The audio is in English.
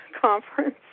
conference